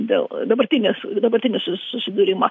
dėl dabartinės dabartinis susidūrimą